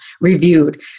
reviewed